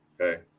Okay